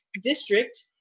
district